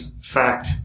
fact